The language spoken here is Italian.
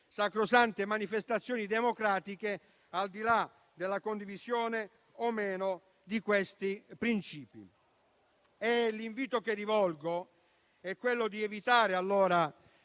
sacrosante manifestazioni democratiche, al di là della condivisione o meno di questi principi. L'invito che rivolgo è evitare di